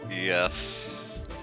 Yes